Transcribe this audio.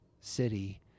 city